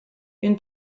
une